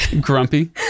Grumpy